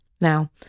Now